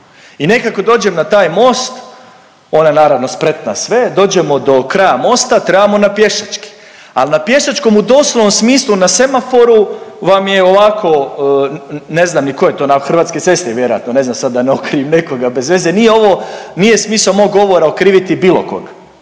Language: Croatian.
I nekako dođem na taj most, ona je naravno spremna sve, dođemo do kraja mosta trebamo na pješački. A na pješačkom u doslovnom smislu na semaforu vam je ovako ne znam ni tko je to napravio Hrvatske ceste vjerojatno, ne znam sad da ne okrivim nekoga bezveze. Nije ovo , nije smisao mog govora okriviti bilo koga